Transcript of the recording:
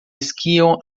esquiam